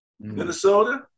Minnesota